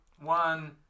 one